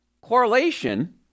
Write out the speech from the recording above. correlation